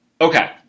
okay